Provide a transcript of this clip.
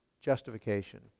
Justification